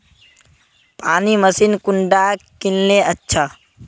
पानी मशीन कुंडा किनले अच्छा?